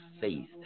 faith